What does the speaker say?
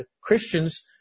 Christians